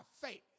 faith